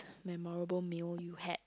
memorable meal you had